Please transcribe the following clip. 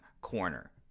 Corner